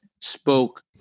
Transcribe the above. spoke